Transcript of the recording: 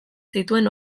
zituen